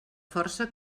força